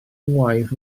ngwaith